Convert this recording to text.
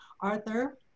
Arthur